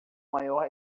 maior